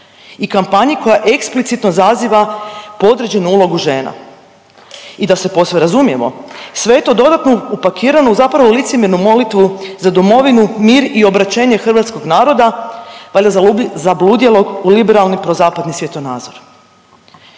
i kampanji koja eksplicitno zaziva podređenu ulogu žena. I da se posve razumijemo, sve je to dodatno upakirano u zapravo licemjernu molitvu da domovinu, mir i obraćenje hrvatskog naroda, valjda zabludjelog u liberalni prozapadni svjetonazor.